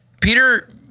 Peter